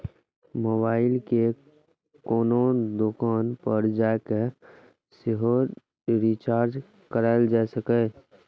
mobile कें कोनो दोकान पर जाके सेहो रिचार्ज कराएल जा सकैए